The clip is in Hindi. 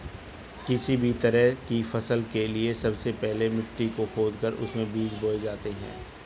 किसी भी तरह की फसल के लिए सबसे पहले मिट्टी को खोदकर उसमें बीज बोए जाते हैं